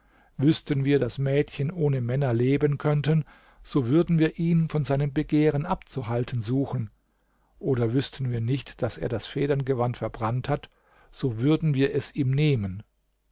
wüßten wir daß mädchen ohne männer leben könnten so würden wir ihn von seinem begehren abzuhalten suchen oder wüßten wir nicht daß er das federngewand verbrannt hat so würden wir es ihm nehmen